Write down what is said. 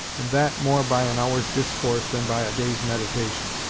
and that more by an hour's discourse than by a day's meditation.